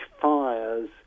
fires